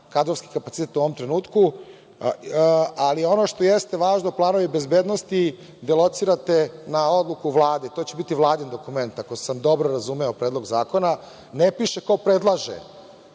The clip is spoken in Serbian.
kadrovski kapacitet u ovom trenutku, ali ono što jeste važno, planovi bezbednosti, gde locirate na odluku Vlade. To će biti Vladin dokument, ako sam dobro razumeo predlog zakona. Ne piše ko predlaže